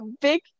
big